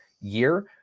year